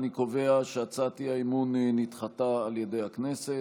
אני קובע שהצעת האי-אמון נדחתה על ידי הכנסת.